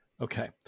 Okay